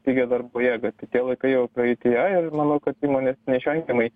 pigią darbo jėgą tai tie laikai jau praeityje ir manau kad įmonės neišvengiamai